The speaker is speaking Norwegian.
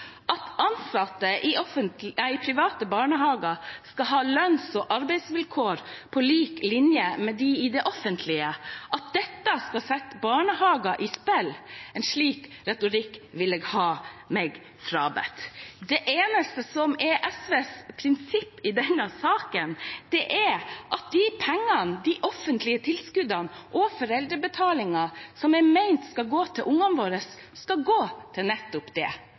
at ansatte i private barnehager skal ha lønns- og arbeidsvilkår på lik linje med dem i de offentlige – en slik retorikk vil jeg ha meg frabedt. Det eneste som er SVs prinsipp i denne saken, er at de pengene, de offentlige tilskuddene og foreldrebetalingen som er ment å gå til ungene våre, skal gå til nettopp det